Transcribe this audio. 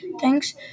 Thanks